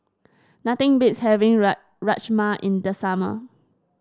nothing beats having Rajma in the summer